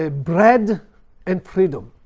ah bread and freedom,